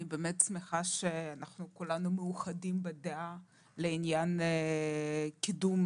אני באמת שמחה שכולנו מאוחדים בדעה לעניין קידום